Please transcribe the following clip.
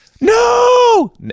No